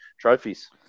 trophies